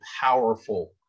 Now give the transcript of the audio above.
powerful